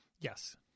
Yes